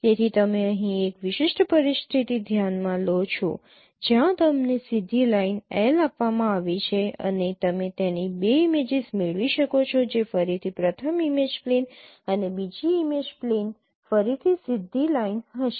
તેથી તમે અહીં એક વિશિષ્ટ પરિસ્થિતિ ધ્યાનમાં લો છો જ્યાં તમને સીધી લાઇન L આપવામાં આવી છે અને તમે તેની બે ઇમેજીસ મેળવી શકો છો જે ફરીથી પ્રથમ ઇમેજ પ્લેન અને બીજી ઇમેજ પ્લેન ફરીથી સીધી લાઇન હશે